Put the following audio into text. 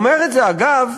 אגב,